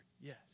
yes